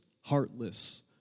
heartless